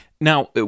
Now